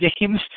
games